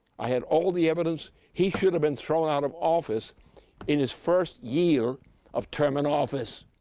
i had all the evidence he should have been thrown out of office in his first year of term in office.